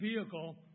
vehicle